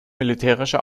militärische